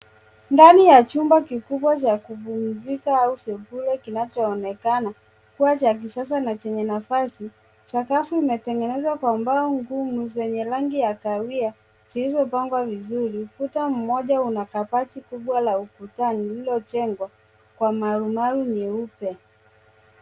Ndani ya chumba kikubwa cha kupumzika au sebule kinachoonekana kuwa cha kisasa na chenye nafasi. Sakafu imetengenezwa kwa mbao ngumu, zenye rangi ya kahawia zilizopangwa vizuri. Ukuta mmoja una kabati kubwa la ukutani lililojengwa kwa marumaru nyeupe.